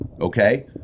okay